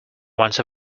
once